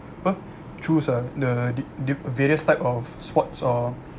apa choose ah the diff~ diff~ various types of sports or